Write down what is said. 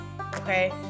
Okay